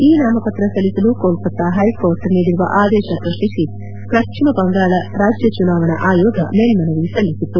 E ನಾಮಪತ್ರ ಸಲ್ಲಿಸಲು Kolkata high court ನೀಡಿರುವ ಆದೇಶ ಪ್ರಶ್ನಿಸಿ ಪಶ್ಚಿಮ ಬಂಗಾಳ ರಾಜ್ಯ ಚುನಾವಣೆ ಆಯೋಗ ಮೇಲ್ನವಿ ಸಲ್ಲಿಸಿತ್ತು